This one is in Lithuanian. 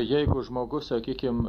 jeigu žmogus sakykim